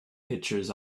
pictures